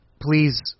please